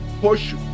Push